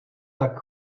tak